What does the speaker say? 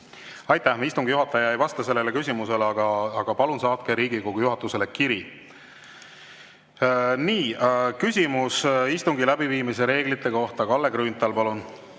Aitäh! Istungi juhataja ei vasta sellele küsimusele, aga palun saatke Riigikogu juhatusele kiri. Nii, küsimus istungi läbiviimise reeglite kohta, Kalle Grünthal, palun!